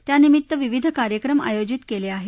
त्यानिमित्त विविध कार्यक्रम आयोजित केले आहेत